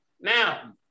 Now